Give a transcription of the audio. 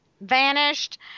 vanished